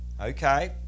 okay